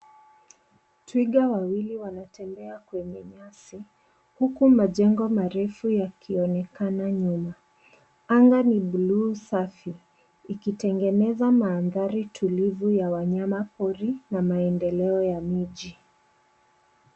Twiga wawili wanatembea kwenye nyasi huku majengo marefu yakionekana nyuma. Anga ni buluu safi ikitengeneza mandhari tulivu ya wanyamapori na maendeleo ya miji.